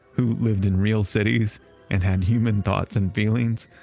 who lived in real cities and had human thoughts and feelings.